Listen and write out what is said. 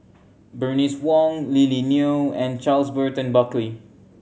Bernice Wong Lily Neo and Charles Burton Buckley